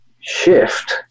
shift